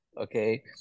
okay